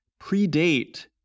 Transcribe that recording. predate